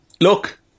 look